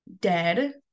dead